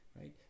right